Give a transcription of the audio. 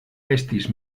estis